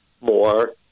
more